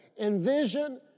Envision